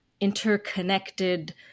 interconnected